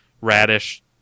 radish